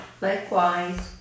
Likewise